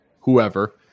whoever